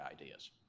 ideas